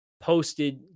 Posted